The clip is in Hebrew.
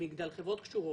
חברות קשורות,